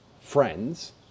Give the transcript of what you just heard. friends